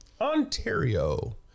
Ontario